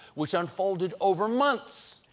which unfolded over months.